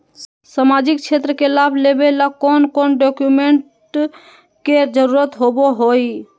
सामाजिक क्षेत्र के लाभ लेबे ला कौन कौन डाक्यूमेंट्स के जरुरत होबो होई?